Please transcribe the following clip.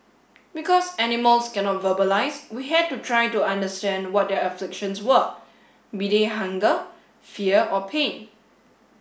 because animals cannot verbalise we had to try to understand what their afflictions were be they hunger fear or pain